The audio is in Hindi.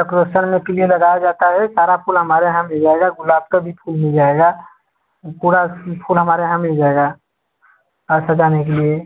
डकोरेसन में के लिए लगाया जाता है सारा फूल हमारे यहाँ मिल जाएगा गुलाब का भी फूल मिल जाएगा पूरा फूल हमारे यहाँ मिल जाएगा कार सजाने के लिए